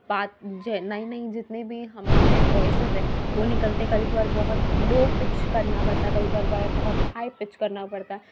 بات نئی نئی جتنی بھی ہمارے وائسیز ہے وہ نکلتے ہے کبھی کبھار بہت لو پچ کرنا پڑتا کبھی کبھار بہت ہائی پچ کرنا پڑتا